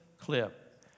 clip